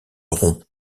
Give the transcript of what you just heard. rompt